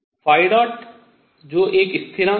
ϕ̇ जो एक स्थिरांक है